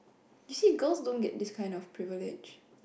you see girls don't get this kind of privilege